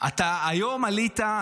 אתה היום עלית,